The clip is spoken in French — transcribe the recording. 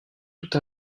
toute